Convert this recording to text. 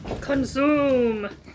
Consume